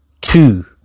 Two